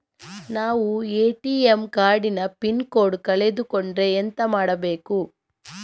ನಾವು ATM card ನ pin code ಕಳೆದು ಕೊಂಡ್ರೆ ಎಂತ ಮಾಡ್ಬೇಕು?